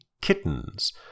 Kittens